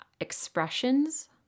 expressions